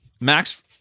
Max